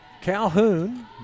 Calhoun